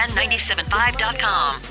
97.5.com